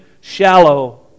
shallow